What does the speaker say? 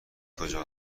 کجا